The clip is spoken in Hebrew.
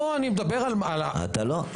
לא, אני מדבר על --- אתה לא.